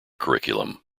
curriculum